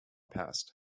past